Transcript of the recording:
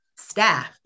Staff